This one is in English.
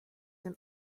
and